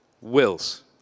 wills